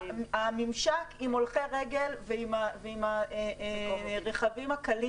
הממשק עם הולכי רגל ועם הרכבים הקלים